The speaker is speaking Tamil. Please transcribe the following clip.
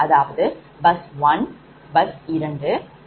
அதாவது bus 1bus 2 மற்றும் reference bus ஆகும்